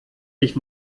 dich